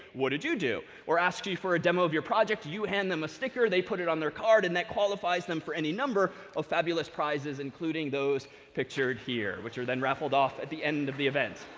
what did you do? or asks you for a demo of your project, you hand them a sticker. they put it on their card. and that qualifies them for any number of fabulous prizes, including those pictured here, which are then raffled off at the end of the event.